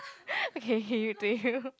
okay okay give it to you